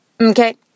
okay